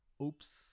Oops